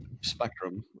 spectrum